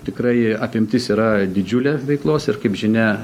tikrai apimtis yra didžiulė veiklos ir kaip žinia